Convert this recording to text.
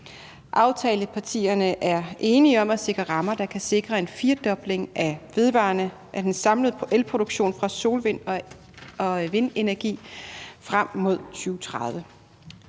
Aftalepartierne er enige om at sikre rammer, der kan sikre en firedobling af den samlede elproduktion fra sol- og vindenergi frem mod 2030.